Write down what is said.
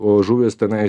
o žuvys tenai